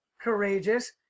courageous